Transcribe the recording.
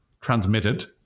transmitted